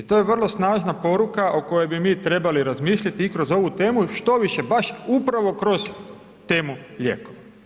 I to je vrlo snažna poruka o kojoj bi mi trebali razmišljati i kroz ovu temu, štoviše baš upravo kroz temu lijekova.